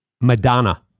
Madonna